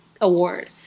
award